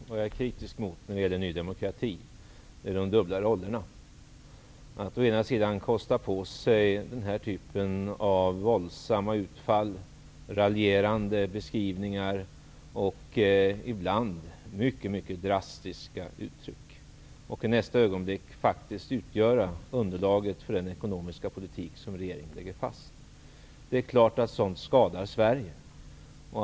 Fru talman! Vad jag är kritisk mot när det gäller Ny demokrati är de dubbla rollerna. Ena stunden kostar man på sig den här typen av våldsamma utfall, raljerande beskrivningar och ibland mycket drastiska uttryck. I nästa ögonblick utgör man underlag för den ekonomiska politik som regeringen lägger fast. Det är klart att sådant skadar Sverige.